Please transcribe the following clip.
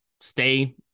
stay